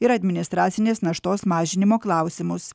ir administracinės naštos mažinimo klausimus